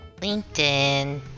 LinkedIn